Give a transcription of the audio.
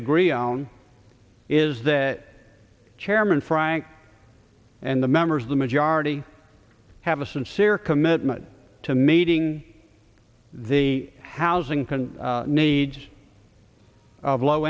agree on is that chairman frank and the members of the majority have a sincere commitment to meeting the housing can needs of low